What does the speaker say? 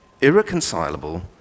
irreconcilable